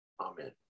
Amen